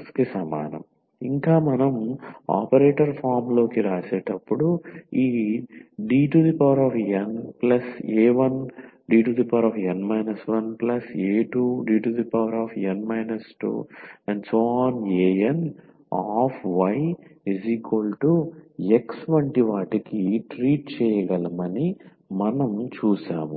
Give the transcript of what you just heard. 1anyX ఇంకా మనం operator ఫామ్లోకి వ్రాసేటప్పుడు ఈ Dna1Dn 1a2Dn 2anyX వంటి వాటికి ట్రీట్ చేయగలమని మనం చూశాము